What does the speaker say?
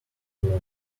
floor